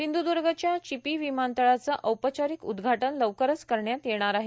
सिंध्दर्गच्या चिपी विमानतळाच औपचारिक उद्घाटन लवकरच करण्यात येणार आहे